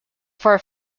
for